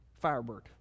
Firebird